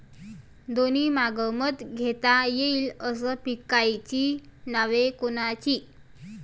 दोनी हंगामात घेता येईन अशा पिकाइची नावं कोनची?